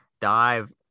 dive